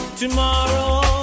tomorrow